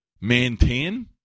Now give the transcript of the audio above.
maintain